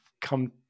come